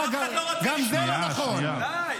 אף אחד לא רוצה לפתוח.